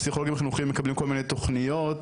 פסיכולוגים חינוכיים מקבלים כל מיני תוכניות